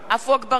עפו אגבאריה,